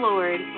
Lord